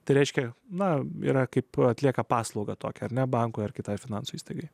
tereiškia na yra kaip atlieka paslaugą tokią ar ne bankui ar kitoje finansų įstaigai